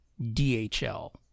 DHL